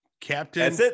captain